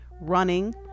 running